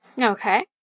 Okay